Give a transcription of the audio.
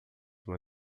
uma